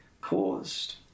caused